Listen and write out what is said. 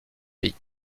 pays